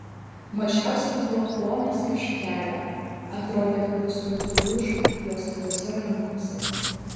mažiausias buvo plonas kaip šakelė atrodė kad jis tuoj sulūš jo stipriose rankose